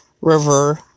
River